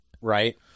Right